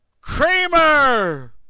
Kramer